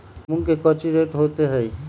मूंग के कौची रेट होते हई?